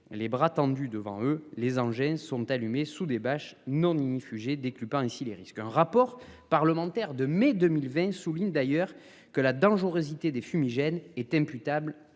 les bras tendus devant eux, les engins sont allumées, sous des bâches non ignifugée des ainsi les risques. Un rapport parlementaire de mai 2020, souligne d'ailleurs que la dangerosité des fumigènes étaient imputable